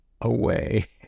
away